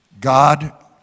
God